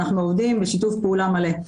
אנחנו עובדים בשיתוף פעולה מלא.